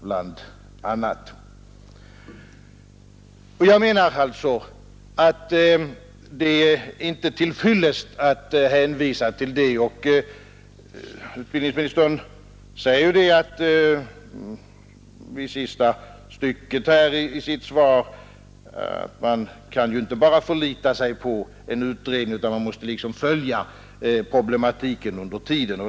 Jag menar därför att det inte är till fyllest att hänvisa till detta. Utbildningsministern säger också i sista stycket i sitt svar att man inte bara kan förlita sig på en utredning, utan man måste följa problematiken under tiden.